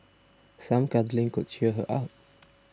some cuddling could cheer her up